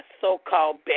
so-called